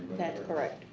that's correct.